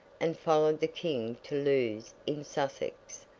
and followed the king to lewes in sussex,